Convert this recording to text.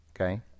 Okay